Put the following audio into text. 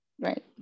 Right